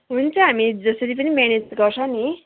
हुन्छ हामी जसरी पनि म्यानेज गर्छौँ नि